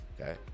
okay